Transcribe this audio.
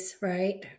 right